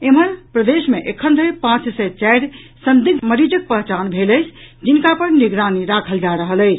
एम्हर प्रदेश मे एखन धरि पांच सय चारि संदिग्ध मरीजक पहचान भेल अछि जिनका पर निगरानी राखल जा रहल अछि